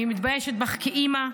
אני מתביישת בך כאימא,